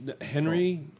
Henry